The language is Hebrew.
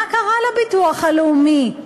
מה קרה לביטוח הלאומי?